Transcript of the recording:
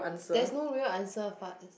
there's no real answer fart